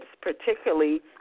particularly